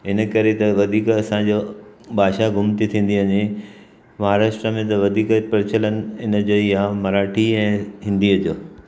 इन करे त वधीक असांजो भाषा गुम थी थींदी वञे महाराष्ट्र में त वधीक प्रचलन हिन जो ई आहे मराठी ऐं हिंदीअ जो